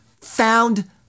found